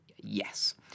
Yes